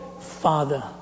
Father